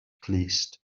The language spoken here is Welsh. clust